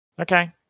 Okay